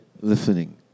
Listening